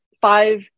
five